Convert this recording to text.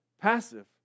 passive